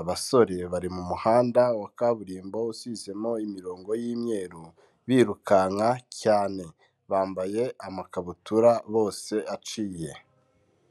abasore bari mu muhanda wa kaburimbo usizemo imirongo y'imyeru birukanka cyane, bambaye amakabutura bose aciye.